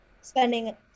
spending